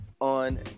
on